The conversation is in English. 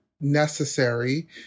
necessary